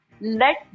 Let